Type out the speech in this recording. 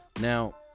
Now